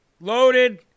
loaded